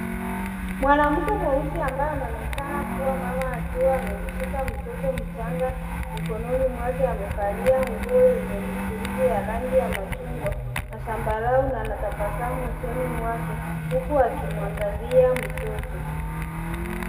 Mwanamke mweusi ambaye anaonekana kuwa mama akiwa amemshika mtoto mchanga mikononi mwake amevalia nguo yenye michirizi ya rangi ya machungwa na zambarau na anatabasamu usoni mwake huku akimwangalia mtoto.